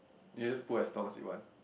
you just put as long as you want